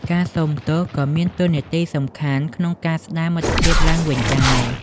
ការសូមទោសក៏មានតួនាទីសំខាន់ក្នុងការស្ដារមិត្តភាពឡើងវិញដែរ។